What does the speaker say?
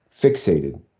fixated